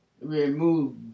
remove